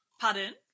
Pardon